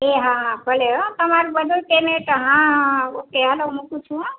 એ હા હા ભલે હોં તમારું બધું પેમેન્ટ હા ઓકે હાલો મૂકું છું હોં